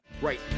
right